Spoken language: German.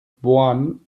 born